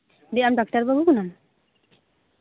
ᱫᱤᱭᱮ ᱟᱢ ᱰᱟᱠᱛᱟᱨ ᱵᱟᱹᱵᱩ ᱠᱟᱱᱟᱢ